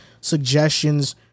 suggestions